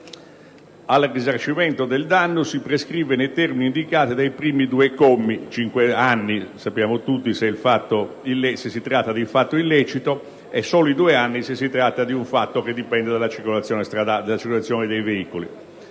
al risarcimento del danno si prescrive nei termini indicati dai primi due commi (cinque anni, come sappiamo tutti, se si tratta di fatto illecito e soli due anni se si tratta di un fatto che dipende dalla circolazione dei veicoli),